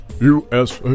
USA